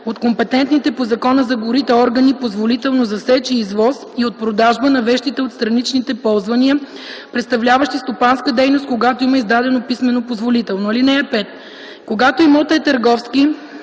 от компетентните по Закона за горите органи позволително за сеч и извоз и от продажба на вещите от страничните ползвания, представляващи стопанска дейност, когато има издадено писмено позволително. (5) Когато имотът е търговски,